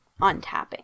untapping